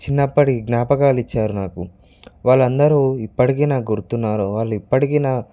చిన్నప్పటి జ్ఞాపకాలు ఇచ్చారు నాకు వాళ్ళందరూ ఇప్పటికి నాకు గుర్తు ఉన్నారు వాళ్ళు ఇప్పటికి నా